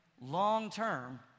long-term